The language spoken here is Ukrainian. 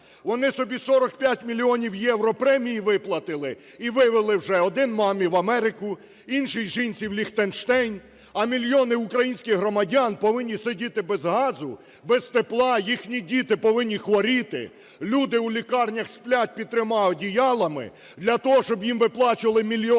Вони собі 45 мільйонів євро премії виплатили і вивели вже, один – мамі в Америку, інший – жінці в Ліхтенштейн. А мільйони українських громадян повинні сидіти без газу, без тепла, їхні діти повинні хворіти, люди у лікарнях сплять під трьома одіялами для того, щоб їм виплачували мільйонні премії